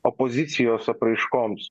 opozicijos apraiškoms